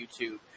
YouTube